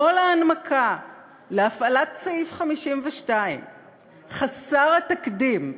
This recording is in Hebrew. כל ההנמקה להפעלת סעיף 52 חסר התקדים,